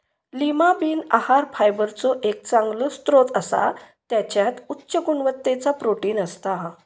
Lima bean आहार फायबरचो एक चांगलो स्त्रोत असा त्याच्यात उच्च गुणवत्तेचा प्रोटीन असता